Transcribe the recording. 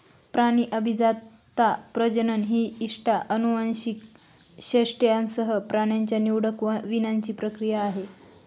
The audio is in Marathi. प्राणी अभिजातता, प्रजनन ही इष्ट अनुवांशिक वैशिष्ट्यांसह प्राण्यांच्या निवडक वीणाची प्रक्रिया आहे